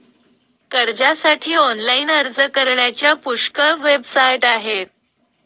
कर्जासाठी ऑनलाइन अर्ज करण्याच्या पुष्कळ वेबसाइट आहेत